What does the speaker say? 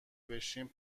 بشیم